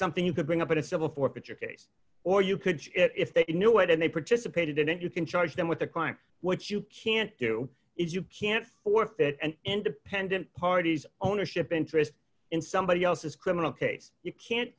something you could bring up in a civil forfeiture case or you could if they knew it and they participated in it you can charge them with a crime what you can't do is you can't th that an independent parties ownership interest in somebody else's criminal case you can't